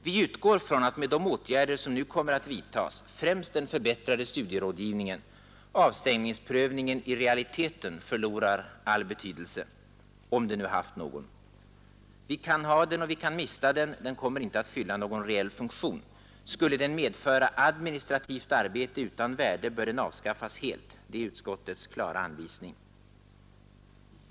Vi utgår från att med de åtgärder som nu kommer att vidtas främst den förbättrade studierådgivningen — avstängningsprövningen i realiteten förlorar all betydelse, om den nu haft någon. Vi kan ha den och vi kan mista den — den kommer inte att fylla någon reell funktion. Skulle den medföra administrativt arbete utan värde bör den avskaffas helt — det är utskottets klara anvisning.